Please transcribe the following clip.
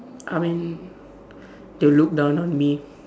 I mean they will look down on me